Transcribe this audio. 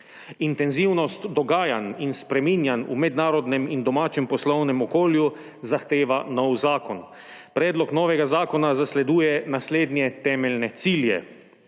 Intenzivnost dogajanj in spreminjanj v mednarodnem in domačem poslovnem okolju zahteva nov zakon. Predlog novega zakona zasleduje naslednje temeljne cilje: